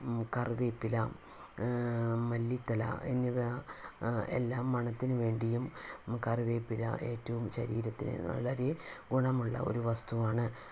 കറിവേപ്പില മല്ലിത്തല എന്നിവ എല്ലാം മണത്തിന് വേണ്ടിയും കറിവേപ്പില ഏറ്റവും ശരീരത്തിന് വളരെ ഗുണമുള്ള ഒരു വസ്തുവാണ്